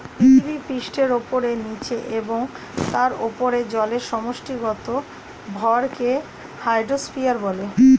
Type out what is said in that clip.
পৃথিবীপৃষ্ঠের উপরে, নীচে এবং তার উপরে জলের সমষ্টিগত ভরকে হাইড্রোস্ফিয়ার বলে